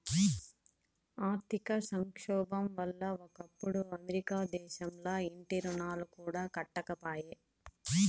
ఆర్థిక సంక్షోబం వల్ల ఒకప్పుడు అమెరికా దేశంల ఇంటి రుణాలు కూడా కట్టకపాయే